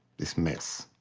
this mess.